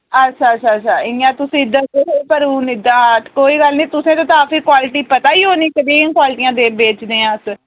अच्छा अच्छा अच्छा इ'यां तुस इद्धर दे पर हून इद्धरा दा कोई गल्ल नी तुसेंगी ते क्वालिटी पता ही होनी केह् जेही क्वालिटियां बेचने आं अस